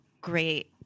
great